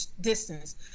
distance